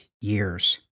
years